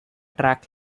track